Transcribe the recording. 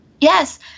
Yes